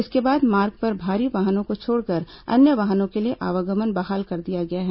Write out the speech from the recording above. इसके बाद मार्ग पर भारी वाहनों को छोड़कर अन्य वाहनों के लिए आवागमन बहाल कर दिया गया है